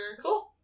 Cool